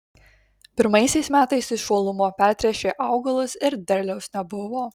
pirmaisiais metais iš uolumo pertręšė augalus ir derliaus nebuvo